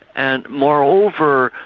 and moreover,